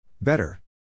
Better